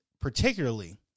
particularly